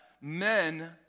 men